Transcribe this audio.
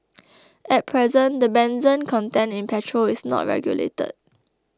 at present the benzene content in petrol is not regulated